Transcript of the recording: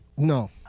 No